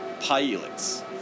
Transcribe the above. pilots